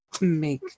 make